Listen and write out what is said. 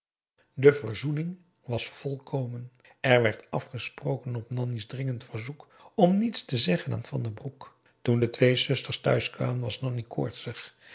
de verzoening was volkomen er werd afgesproken op nanni's dringend verzoek om niets te zeggen aan van den broek toen de twee zusters thuis kwamen was nanni koortsig